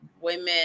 women